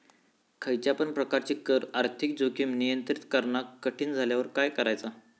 खयच्या पण प्रकारची कर आर्थिक जोखीम नियंत्रित करणा कठीण झाल्यावर काय करायचा?